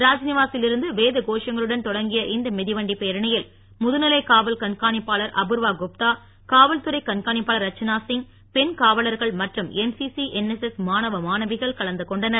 ராத்நிவாசில் இருந்து வேத கோஷங்களுடன் தொடங்கிய இந்த மிதிவண்டிப் பேரணியில் முதுநிலை காவல் கண்காணிப்பாளர் அபூர்வா குப்தா காவல்துறை கண்காணிப்பாளர் ரச்சனா சிங் பெண் காவலர்கள் மற்றும் என்சிசி என்எஸ்எஸ் மாணவ மாணவிகள் கலந்து கொண்டனர்